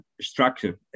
structure